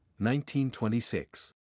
1926